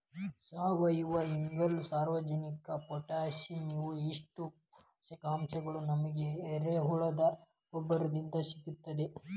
ಸಾವಯುವಇಂಗಾಲ, ಸಾರಜನಕ ಪೊಟ್ಯಾಸಿಯಂ ಇವು ಇಷ್ಟು ಪೋಷಕಾಂಶಗಳು ನಮಗ ಎರೆಹುಳದ ಗೊಬ್ಬರದಿಂದ ಸಿಗ್ತದ